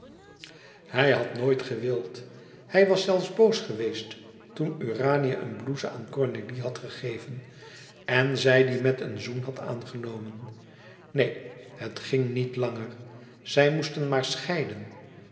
hij had nooit gewild hij was zelfs boos geweest toen urania een blouse aan cornélie had gegeven en zij die met een zoen had aangenomen neen het ging niet langer zij moesten maar scheiden